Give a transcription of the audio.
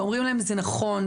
ואומרים להם זה נכון,